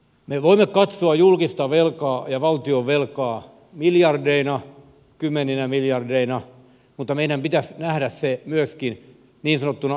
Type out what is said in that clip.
me voimme katsoa julkista velkaa ja valtionvelkaa miljardeina kymmeninä miljardeina mutta meidän pitäisi nähdä se myöskin niin sanottuna hyvinvointivelkana